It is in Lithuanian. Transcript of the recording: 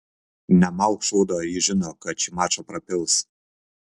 nemalk šūdo jis žino kad šį mačą prapils